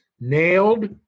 nailed